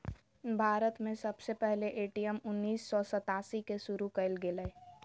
भारत में सबसे पहले ए.टी.एम उन्नीस सौ सतासी के शुरू कइल गेलय